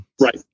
Right